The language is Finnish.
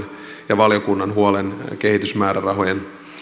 ja valiokunnan huolen kehitysmäärärahojen